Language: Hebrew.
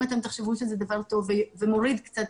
אם אתם תחשבו שזה דבר טוב ומוריד קצת